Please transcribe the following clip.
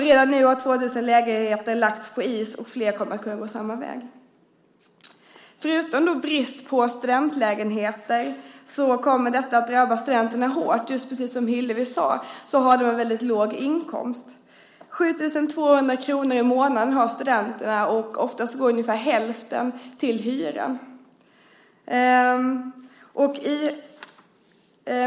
Redan nu har 2 000 lägenheter lagts på is, och flera kommer att kunna gå samma väg. Förutom brist på studentlägenheter kommer detta att drabba studenterna hårt. Precis som Hillevi sade har de en väldigt låg inkomst. Studenterna har 7 200 kr i månaden, och ofta går ungefär hälften till hyra.